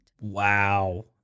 Wow